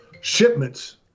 shipments